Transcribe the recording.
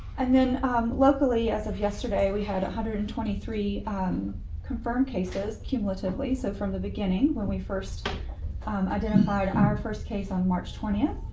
and then locally as of yesterday, we had one hundred and twenty three confirmed cases cumulatively. so from the beginning, when we first identified our first case on march twenty, ah